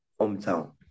hometown